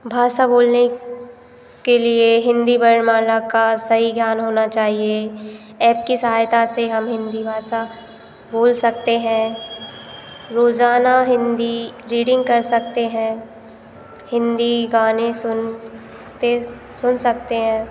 भाषा बोलने के लिए हिंदी वर्णमाला का सही ज्ञान होना चाहिए ऐप की सहायता से हम हिंदी भाषा बोल सकते हैं रोजाना हिंदी रीडिंग कर सकते हैं हिंदी गाने सुन ते सुन सकते हैं